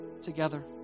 together